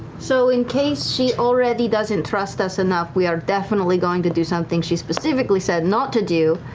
so in case she already doesn't trust us enough, we are definitely going to do something she specifically said not to do.